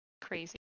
Crazy